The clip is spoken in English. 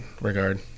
regard